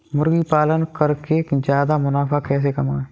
मुर्गी पालन करके ज्यादा मुनाफा कैसे कमाएँ?